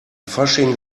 fasching